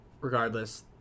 regardless